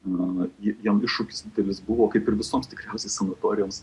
na jiem iššūkis didelis buvo kaip ir visoms tikriausiai sanatorijoms